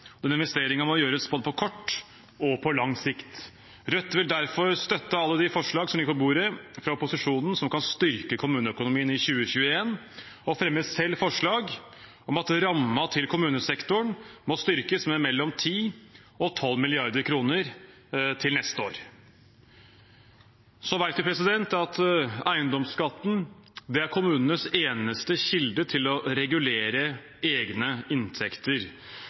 må gjøres både på kort og på lang sikt. Rødt vil derfor støtte alle de forslag som ligger på bordet fra opposisjonen som kan styrke kommuneøkonomien i 2021, og fremmer selv forslag om at rammen til kommunesektoren må styrkes med mellom 10 og 12 mrd. kr til neste år. Så vet vi at eiendomsskatten er kommunenes eneste kilde til å regulere egne inntekter.